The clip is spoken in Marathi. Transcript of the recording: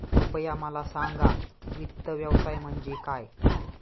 कृपया मला सांगा वित्त व्यवसाय म्हणजे काय?